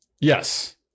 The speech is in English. Yes